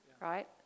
right